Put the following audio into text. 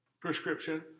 prescription